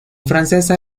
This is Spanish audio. francesa